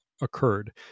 occurred